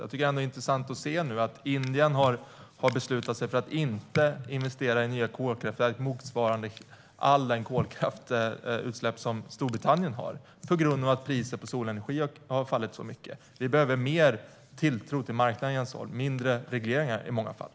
Jag tycker ändå att det är intressant att se att Indien nu har beslutat sig för att inte investera i nya kolkraftverk motsvarande alla de kolkraftutsläpp som Storbritannien har. Orsaken är att priset på solenergi har fallit så mycket. Vi behöver mer tilltro till marknaden, Jens Holm, och i många fall mindre regleringar.